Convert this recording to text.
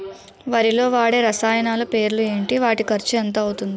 వరిలో వాడే రసాయనాలు పేర్లు ఏంటి? వాటి ఖర్చు ఎంత అవతుంది?